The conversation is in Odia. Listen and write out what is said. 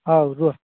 ହଉ ରୁହ